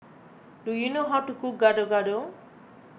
do you know how to cook Gado Gado